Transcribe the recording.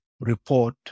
report